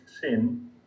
sin